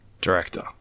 director